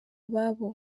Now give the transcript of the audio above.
ababo